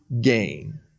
gain